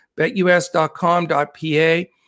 BetUS.com.pa